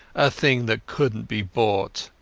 a thing that couldnat be bought,